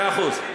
מאה אחוז.